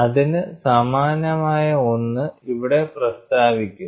അതിന് സമാനമായ ഒന്ന് ഇവിടെ പ്രസ്താവിക്കുന്നു